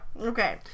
Okay